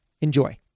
enjoy